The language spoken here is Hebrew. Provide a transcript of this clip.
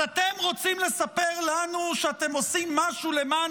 אז אתם רוצים לספר לנו שאתם עושים משהו למען